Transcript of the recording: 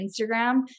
Instagram